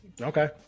Okay